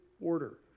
order